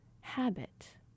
habit